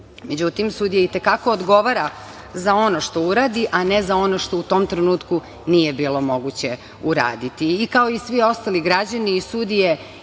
Međutim, sudija i te kako odgovara za ono što uradi, a ne za ono što u tom trenutku nije bilo moguće uraditi.